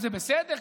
וזה בסדר,